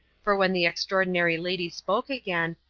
for when the extraordinary lady spoke again,